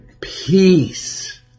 peace